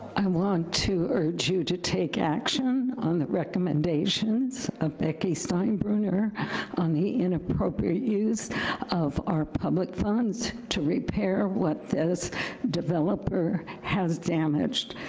i want to urge you to take action on the recommendations of becky steinbruner on the inappropriate use of our public funds to repair what this developer has damaged.